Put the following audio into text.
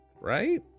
Right